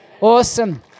Awesome